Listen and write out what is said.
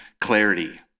clarity